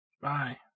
Bye